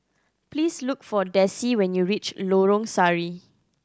please look for Dessie when you reach Lorong Sari